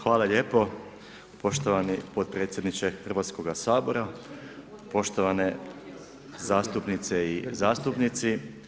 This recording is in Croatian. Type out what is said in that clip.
Hvala lijepo poštovani potpredsjedniče Hrvatskoga sabora, poštovane zastupnice i zastupnici.